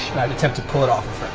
attempt to pull it off